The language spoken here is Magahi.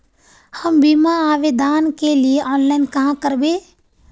हम बीमा आवेदान के लिए ऑनलाइन कहाँ करबे?